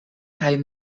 kaj